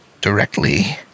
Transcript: Directly